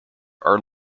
are